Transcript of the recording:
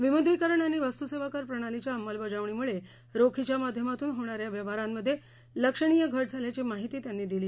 विमुद्रीकरण आणि वस्तू सेवा कर प्रणालीच्या अंमलबजावणीमुळे रोखीच्या माध्यमातून होणाऱ्या व्यवहारांमध्ये लक्षणीय घट झाल्याची माहिती त्यांनी दिली